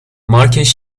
مارکش